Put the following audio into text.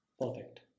perfect